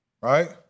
right